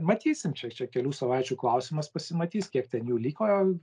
matysim čia čia kelių savaičių klausimas pasimatys kiek ten jų liko